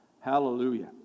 Hallelujah